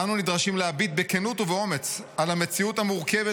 אנו נדרשים להגיד בכנות ובאומץ על המציאות המורכבת